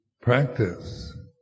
practice